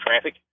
traffic